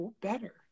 better